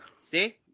See